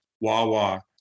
Wawa